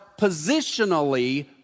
positionally